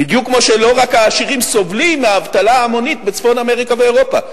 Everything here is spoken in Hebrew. בדיוק כמו שלא רק העשירים סובלים מאבטלה המונית בצפון אמריקה ואירופה.